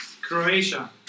Croatia